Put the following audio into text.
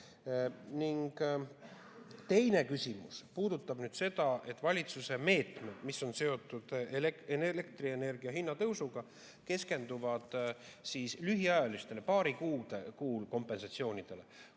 Teine küsimus puudutab seda, et valitsuse meetmed, mis on seotud elektrienergia hinna tõusuga, keskenduvad lühiajalistele, paarikuulistele kompensatsioonidele,